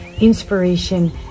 inspiration